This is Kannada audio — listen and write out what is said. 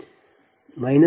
u